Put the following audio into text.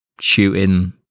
shooting